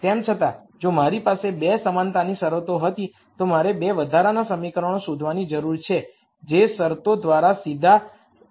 તેમ છતાં જો મારી પાસે 2 સમાનતાની શરતો હતી તો મારે 2 વધારાના સમીકરણો શોધવાની જરૂર છે જે શરતો દ્વારા સીધા આપવામાં આવે છે